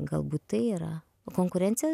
galbūt tai yra konkurencija